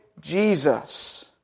Jesus